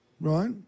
right